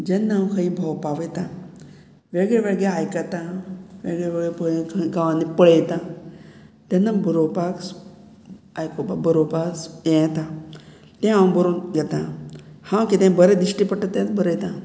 जेन्ना हांव खंय भोंवपाक वयता वेगळे वेगळे आयकता वेगळे वेगळे पय खंय गांवांनी पळयता तेन्ना बरोवपाक आयकोपाक बरोवपाक हें येता तें हांव बरो घेतां हांव कितें बरें दिश्टी पडटा तेंच बरयतां